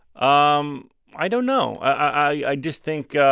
um i don't know. i just think